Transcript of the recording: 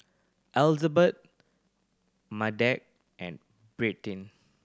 Elizebeth Madge and